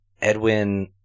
Edwin